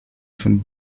von